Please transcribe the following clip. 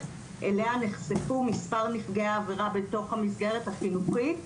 אליה נחשפו מספר נפגעי עבירה בתוך המסגרת החינוכית.